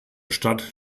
stadt